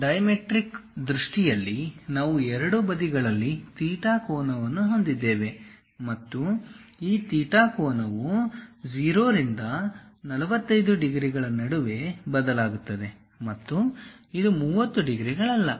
dimetric ದೃಷ್ಟಿಯಲ್ಲಿ ನಾವು ಎರಡೂ ಬದಿಗಳಲ್ಲಿ ಥೀಟಾ ಕೋನವನ್ನು ಹೊಂದಿದ್ದೇವೆ ಮತ್ತು ಈ ಥೀಟಾ ಕೋನವು 0 ರಿಂದ 45 ಡಿಗ್ರಿಗಳ ನಡುವೆ ಬದಲಾಗುತ್ತದೆ ಮತ್ತು ಇದು 30 ಡಿಗ್ರಿಗಳಲ್ಲ